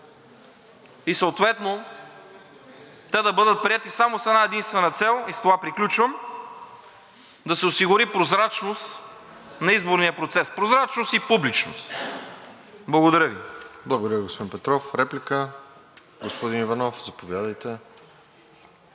и съответно те да бъдат приети само с една-единствена цел, и с това приключвам – да се осигури прозрачност на изборния процес. Прозрачност и публичност. Благодаря Ви.